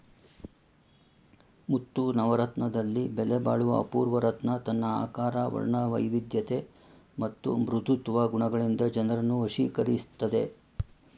ಮುತ್ತು ನವರತ್ನದಲ್ಲಿ ಬೆಲೆಬಾಳುವ ಅಪೂರ್ವ ರತ್ನ ತನ್ನ ಆಕಾರ ವರ್ಣವೈವಿಧ್ಯತೆ ಮತ್ತು ಮೃದುತ್ವ ಗುಣಗಳಿಂದ ಜನರನ್ನು ವಶೀಕರಿಸ್ತದೆ